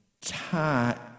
Time